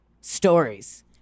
stories